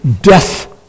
death